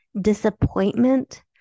disappointment